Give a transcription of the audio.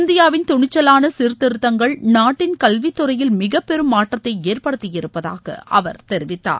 இந்தியாவின் துணிச்சவான சீர்திருத்தங்கள் நாட்டின் கல்வித்துறையில் மிகப்பெறும் மாற்றத்தை ஏற்படுத்தியிருப்பதாக அவர் தெரிவித்தார்